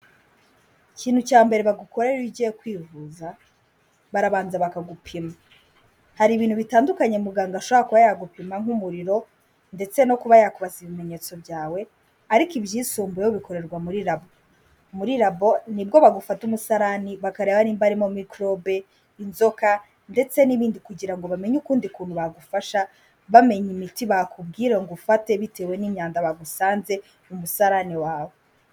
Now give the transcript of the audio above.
Ikintu cya mbere bagukorera iyo ugiye kwivuza, barabanza bakagupima. Hari ibintu bitandukanye muganga ashobora kuba yagupima nk'umuriro, ndetse no kuba yakubaza ibimenyetso byawe, ariko ibyisumbuyeho bikorerwa muri muri rabo. Muri rabo ni bwo bagufata umusarani, bakareba nimba harimo mikorobe, inzoka, ndetse n'ibindi; kugira ngo bamenye ukundi kuntu bagufasha, bamenye imiti bakubwira ngo ufate, bitewe n'imyanda bagusanze mu musarani wawe.